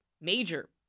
major